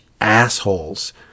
assholes